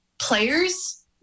players